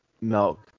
milk